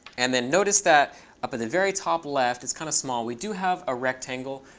and then notice that up at the very top left it's kind of small we do have a rectangle,